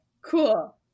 Cool